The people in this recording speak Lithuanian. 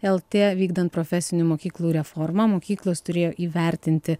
lt vykdant profesinių mokyklų reformą mokyklos turėjo įvertinti